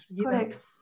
Correct